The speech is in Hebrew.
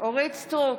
אורית מלכה סטרוק,